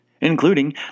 including